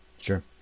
Sure